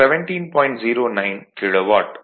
09 kilo watt